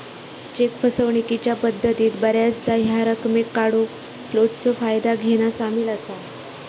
check फसवणूकीच्या पद्धतीत बऱ्याचदा ह्या रकमेक काढूक फ्लोटचा फायदा घेना सामील असा